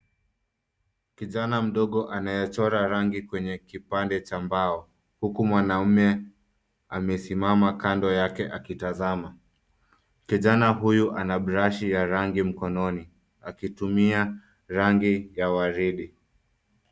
Kijana mdogo anaye chora rangi kwenye kipande cha mbao huku mwanamme amesimama kando yake akitazama. Kijana huyu ana brashi ya rangi mkononi akitumia rangi ya waridi.